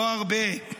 לא הרבה,